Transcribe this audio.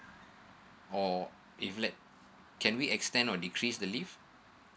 oh if let can we extend or decrease the leave